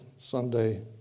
Sunday